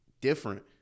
different